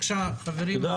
תודה.